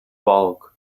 bulk